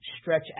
stretch